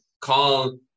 call